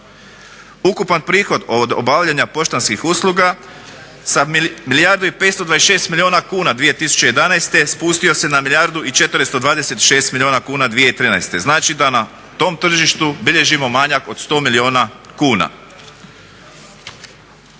Ukupan prihod od obavljanja poštanskih usluga sa milijardu i 526 milijuna kuna 2011. spustio se na milijardu i 426 milijuna kuna 2013. Znači da na tom tržištu bilježimo manjak od 100 milijuna kuna.